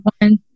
one